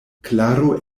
klaro